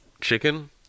Chicken